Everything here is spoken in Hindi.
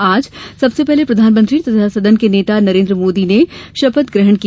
आज सबसे पहले प्रधानमंत्री तथा सदन के नेता नरेन्द्र मोदी ने शपथ ग्रहण की